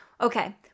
Okay